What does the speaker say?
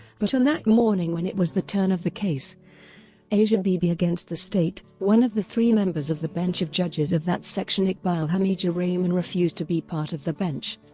but on that morning when it was the turn of the case asia bibi against the state, one of the three members of the bench of judges of that section iqbal hameedur rehman refused to be part of the bench,